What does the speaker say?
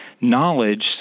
knowledge